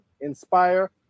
inspire